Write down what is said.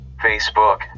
Facebook